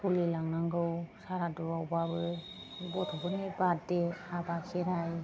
सलिलांनांगौ सारादुआवबाबो गथ'फोरनि बारदे हाबा खेराय